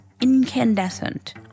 incandescent